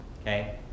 Okay